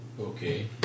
Okay